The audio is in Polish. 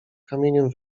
kamieniem